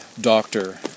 doctor